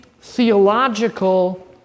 theological